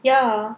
ya